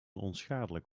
onschadelijk